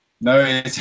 No